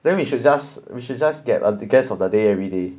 then we should just we should just get a guest of the day everyday